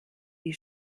wie